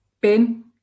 Ben